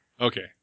Okay